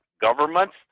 governments